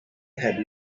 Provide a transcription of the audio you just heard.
had